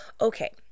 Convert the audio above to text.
okay